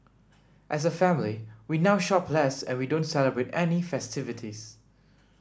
as a family we now shop less and we don't celebrate any festivities